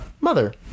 mother